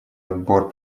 отбор